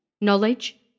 Knowledge